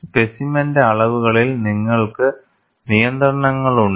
സ്പെസിമെന്റെ അളവുകളിൽ നിങ്ങൾക്ക് നിയന്ത്രണങ്ങളുണ്ട്